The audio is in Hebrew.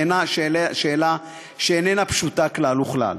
זאת שאלה שאיננה פשוטה כלל וכלל.